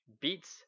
Beats